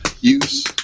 use